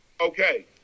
Okay